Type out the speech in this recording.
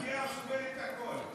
הנייר סופג את הכול.